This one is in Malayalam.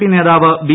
പി നേതാവ് ബി